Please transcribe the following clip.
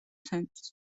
ცენტრს